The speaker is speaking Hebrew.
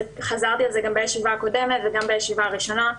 חזרתי על זה גם בישיבה הקודמת וגם בישיבה הראשונה.